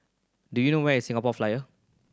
do you know where is Singapore Flyer